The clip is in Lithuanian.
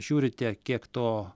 žiūrite kiek to